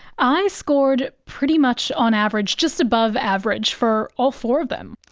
i scored pretty much on average. just above average for all four of them.